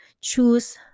choose